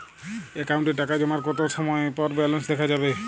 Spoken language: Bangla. অ্যাকাউন্টে টাকা জমার কতো সময় পর ব্যালেন্স দেখা যাবে?